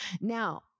Now